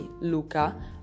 Luca